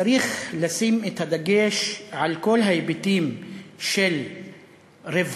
צריך לשים את הדגש על כל ההיבטים של רווחת